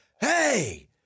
Hey